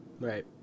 Right